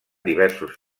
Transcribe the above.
diversos